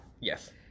Yes